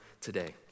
today